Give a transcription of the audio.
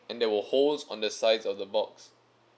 and there were holes on the sides of the box